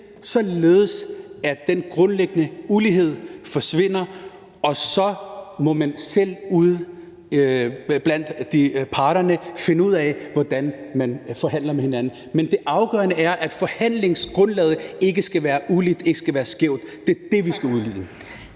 til, for at den grundlæggende ulighed forsvinder, og så må man selv ude blandt parterne finde ud af, hvordan man forhandler med hinanden. Men det afgørende er, at forhandlingsgrundlaget ikke skal være ulige, ikke skal være skævt; det er det, vi skal udligne.